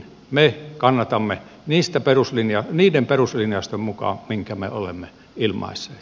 me kannatamme niiden peruslinjausten mukaan mitkä me olemme ilmaisseet